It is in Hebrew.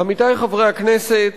עמיתי חברי הכנסת,